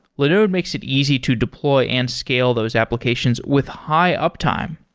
linode makes it easy to deploy and scale those applications with high uptime.